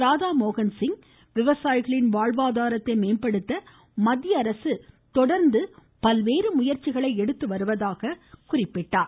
ராதா மோகன்சிங் விவசாயிகளின் வாழ்வாதாரத்தை மேம்படுத்த மத்திய அரசு தொடா்ந்து பல முயற்சிகளை எடுத்து வருவதாக சுட்டிக்காட்டினார்